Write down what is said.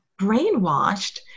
brainwashed